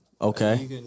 Okay